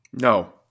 No